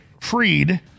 Freed